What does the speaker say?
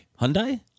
Hyundai